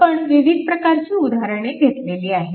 आपण विविध प्रकारची उदाहरणे घेतलेली आहेत